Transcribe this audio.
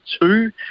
two